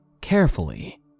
carefully